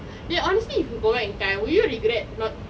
eh honestly if you go back in time will you regret not